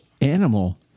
animal